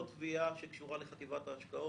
זו לא תביעה שקשורה לחטיבת ההשקעות,